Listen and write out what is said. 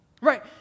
Right